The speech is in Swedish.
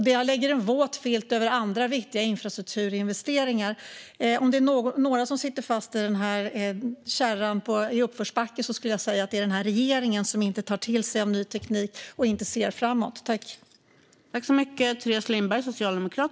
Detta lägger en våt filt över andra viktiga infrastrukturinvesteringar. Jag skulle vilja säga att om det är några som sitter fast i kärran i uppförsbacke är det regeringen, som inte tar till sig ny teknik och inte ser framåt.